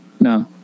no